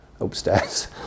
upstairs